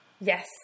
Yes